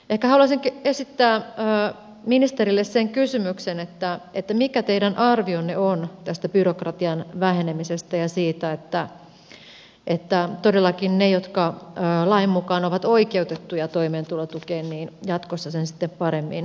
ehkä haluaisinkin esittää ministerille sen kysymyksen että mikä teidän arvionne on tästä byrokratian vähenemisestä ja siitä että todellakin ne jotka lain mukaan ovat oikeutettuja toimeentulotukeen jatkossa sen sitten paremmin saavat